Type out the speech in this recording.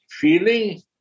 Feeling